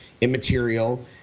immaterial